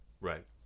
Right